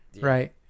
right